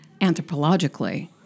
anthropologically